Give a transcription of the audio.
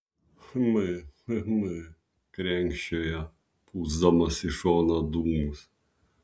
hm hm krenkščiojo pūsdamas į šoną dūmus